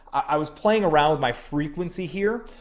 i was playing around with my frequency here.